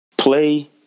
play